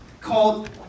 called